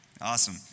Awesome